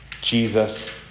Jesus